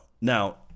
Now